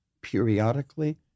periodically